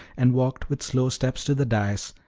and walked with slow steps to the dais,